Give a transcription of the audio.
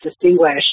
distinguish